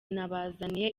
nabazaniye